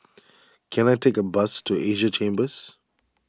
can I take a bus to Asia Chambers